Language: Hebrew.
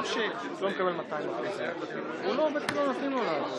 שלום בתוכנו ושלום עם שכנינו,